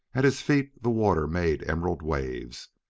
at his feet the water made emerald waves,